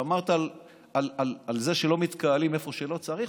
שמרת על זה שלא מתקהלים איפה שלא צריך,